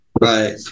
right